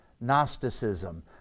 Gnosticism